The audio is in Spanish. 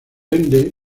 ende